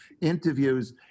interviews